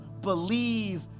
believe